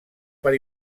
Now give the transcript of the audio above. per